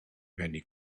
many